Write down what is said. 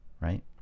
right